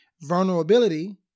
Vulnerability